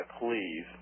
Please